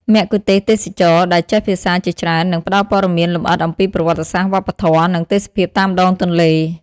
មគ្គុទ្ទេសក៍ទេសចរណ៍ដែលចេះភាសាជាច្រើន នឹងផ្តល់ព័ត៌មានលម្អិតអំពីប្រវត្តិសាស្ត្រ វប្បធម៌ និងទេសភាពតាមដងទន្លេ។